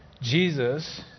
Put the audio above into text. Jesus